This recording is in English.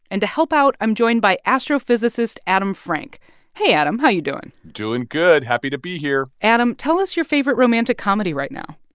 and to help out, i'm joined by astrophysicist adam frank hey, adam. how you doing? doing good. happy to be here adam, tell us your favorite romantic comedy right now